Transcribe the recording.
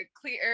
clear